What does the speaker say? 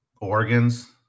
organs